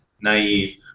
naive